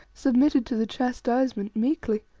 submitted to the chastisement meekly.